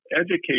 educate